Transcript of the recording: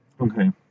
okay